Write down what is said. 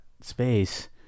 space